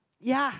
yeah